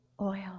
oil